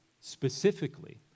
specifically